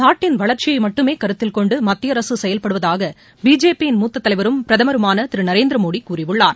நாட்டின் வளர்ச்சியை மட்டுமே கருத்தில் கொண்டு மத்திய அரசு செயல்படுவதாக பிஜேபி யின் மூத்த தலைவரும் பிரதமருமான திரு நரேந்திர மோடி கூறியுள்ளார்